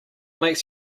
makes